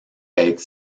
être